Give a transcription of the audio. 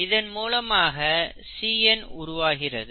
இதன் மூலமாக CN உருவாகிறது